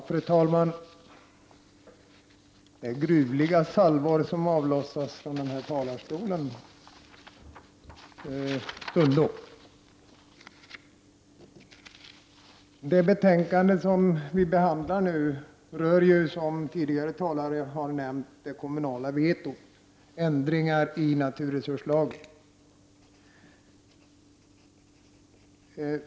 Fru talman! Det är gruvliga salvor som avlossas från denna talarstol. Det betänkande som vi nu behandlar rör, som tidigare talare har nämnt, det kommunala vetot och ändring i naturresurslagen.